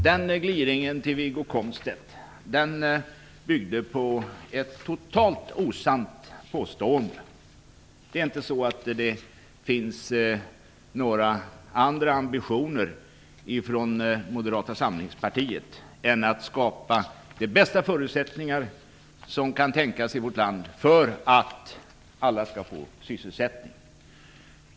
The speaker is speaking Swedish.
Den gliring som Wiggo Komstedt fick byggde på ett totalt osant påstående. Det är inte så att Moderata samlingspartiet har några andra ambitioner än att skapa de bästa förutsättningar som kan tänkas i vårt land för att alla skall få sysselsättning.